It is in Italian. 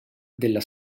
della